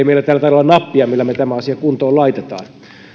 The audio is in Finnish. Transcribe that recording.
meillä täällä taida olla nappia millä me tämän asian kuntoon laitamme